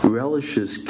relishes